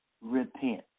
repent